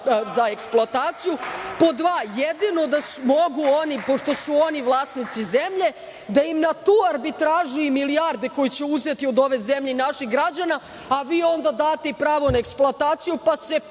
za eksploataciju, pod dva, jedino da mogu oni, pošto su oni vlasnici zemlje na tu arbitražu i milijarde koje će uzeti od ove zemlje i naših građana, a vi onda date i pravo na eksploataciju pa se